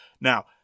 Now –